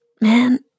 man